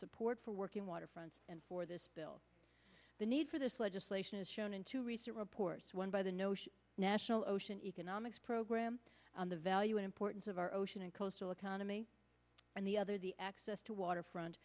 support for working waterfronts and for this bill the need for this legislation is shown in two recent reports one by the notion national ocean economics program on the value and importance of our ocean and coastal economy and the other the access to waterfront